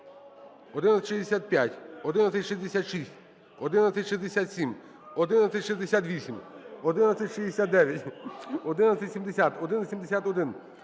1165, 1166, 1167, 1168, 1169, 1170, 1171,